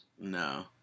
No